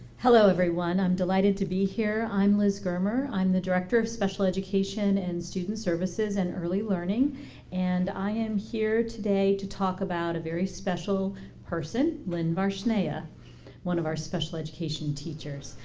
hello everyone i'm delighted to be here. i'm liz germer. i'm the director of special education and student services and early learning and i am here today to talk about a very special person lynn varshneya one of our special education teachers.